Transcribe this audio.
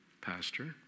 Pastor